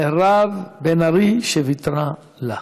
מירב בן ארי, שוויתרה לה.